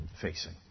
facing